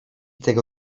tego